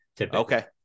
okay